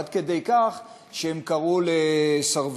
עד כדי כך שהם קראו לסרבנות.